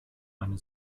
eine